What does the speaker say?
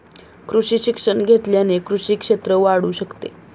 कृषी शिक्षण घेतल्याने कृषी क्षेत्र वाढू शकते